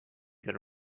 going